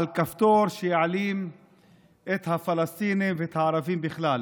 על כפתור שיעלים את הפלסטינים ואת הערבים בכלל.